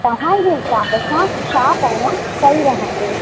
तव्हांजे हिसाब सां छा करण सही रहंदो